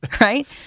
right